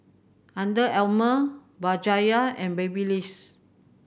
Under Armour Bajaj and Babyliss